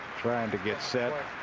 trying to get set.